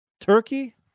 Turkey